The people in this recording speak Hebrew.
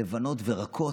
לבנות ורכות,